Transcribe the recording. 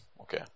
okay